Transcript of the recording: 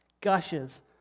gushes